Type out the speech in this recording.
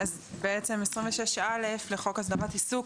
לגבי סעיף 26א לחוק הסדרת עיסוק,